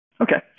Okay